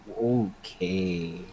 Okay